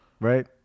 Right